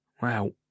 Wow